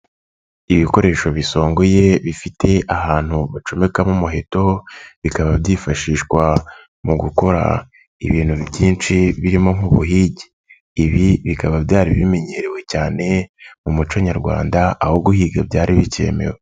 Ibikoresho bisongoye bifite ahantu bacomekamo umuheto, bikaba byifashishwa mu gukora ibintu byinshi birimo nk'ubuhigi. Ibi bikaba byari bimenyerewe cyane mu muco nyarwanda, aho guhiga byari bikemewe.